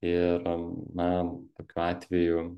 ir na tokiu atveju